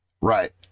Right